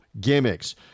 gimmicks